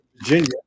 Virginia